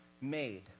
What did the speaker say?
made